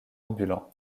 ambulants